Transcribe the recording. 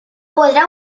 podrá